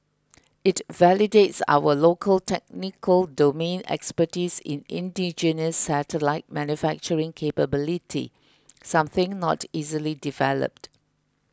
it validates our local technical domain expertise in indigenous satellite manufacturing capability something not easily developed